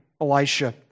Elisha